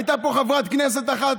הייתה פה חברת כנסת אחת,